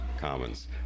commons